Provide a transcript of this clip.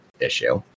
issue